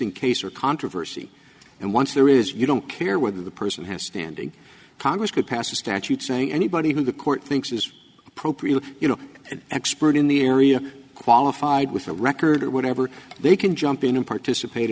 existing case or controversy and once there is you don't care whether the person has standing congress could pass a statute saying anybody even the court thinks is appropriate you know an expert in the area qualified with a record or whatever they can jump in and participate